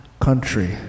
country